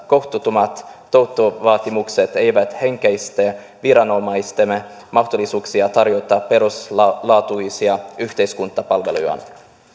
kohtuuttomat tuottovaatimukset eivät heikennä viranomaisten mahdollisuuksia tarjota peruslaatuisia yhteiskuntapalvelujaan